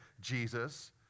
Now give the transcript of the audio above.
Jesus